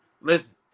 Listen